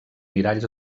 miralls